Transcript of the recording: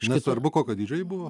nesvarbu kokio dydžio ji buvo